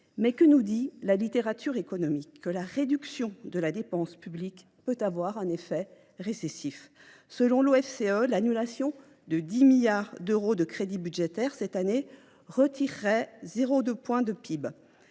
Que nous dit la littérature économique à ce sujet ? Que la réduction de la dépense publique peut avoir un effet récessif. Selon l’OFCE, l’annulation de 10 milliards d’euros de crédits budgétaires cette année retirerait 0,2 point de PIB.